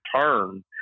turn